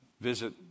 visit